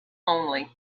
only